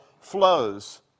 flows